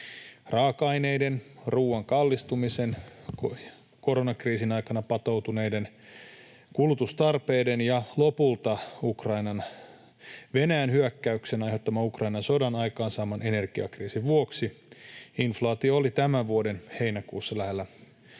Raaka-aineiden, ruuan kallistumisen, koronakriisin aikana patoutuneiden kulutustarpeiden ja lopulta Venäjän hyökkäyksen aiheuttaman Ukrainan sodan aikaansaaman energiakriisin vuoksi inflaatio oli tämän vuoden heinäkuussa lähellä